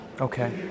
Okay